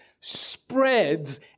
spreads